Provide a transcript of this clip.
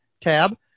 tab